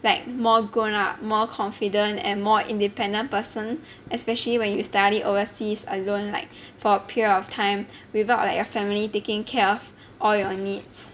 like more grown up more confident and more independent person especially when you study overseas alone like for a period of time without like your family taking care of all your needs